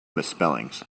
misspellings